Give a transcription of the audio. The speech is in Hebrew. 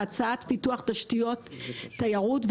הצעת פיתוח תשתיות תיירות.